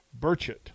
Burchett